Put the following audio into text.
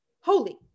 Holy